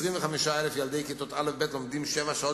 25,000 ילדי כיתות א'-ב' לומדים שבע שעות